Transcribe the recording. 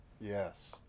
yes